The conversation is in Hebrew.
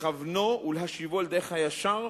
לכוונו ולהשיבו אל דרך הישר,